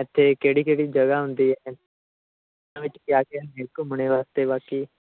ਇੱਥੇ ਕਿਹੜੀ ਕਿਹੜੀ ਜਗ੍ਹਾ ਹੁੰਦੀ ਹੈ ਉਹਨਾਂ ਵਿਚ ਕਿਆ ਕਿਆ ਚੀਜ਼ ਘੁੰਮਣ ਵਾਸਤੇ ਬਾਕੀ